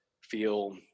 feel